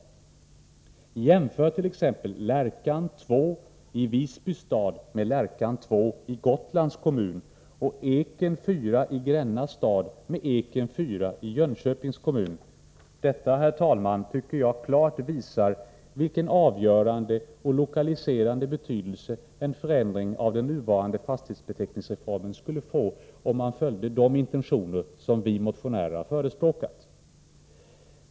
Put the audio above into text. Jämför t.ex. Lärkan 2 i Visby stad med Lärkan 2 i Gotlands kommun, och Eken 4 i Gränna stad med Eken 4 i Jönköpings kommun. Detta, herr talman, tycker jag klart visar vilken avgörande och lokaliserande betydelse en förändring av den nuvarande fastighetsbeteckningsreformen skulle få, om man följde de riktlinjer som vi motionärer har förespråkat.